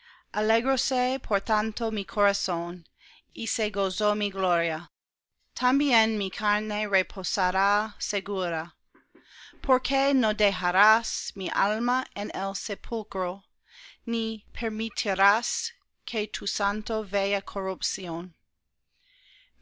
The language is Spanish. tanto mi corazón y se gozó mi gloria también mi carne reposará segura porque no dejarás mi alma en